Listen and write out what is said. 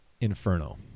inferno